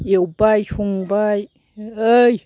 एवबाय संबाय ओइ